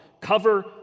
cover